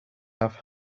have